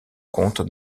compte